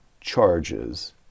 charges